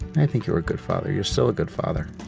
i think you were a good father, you're still a good father